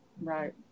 Right